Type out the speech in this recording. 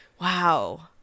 Wow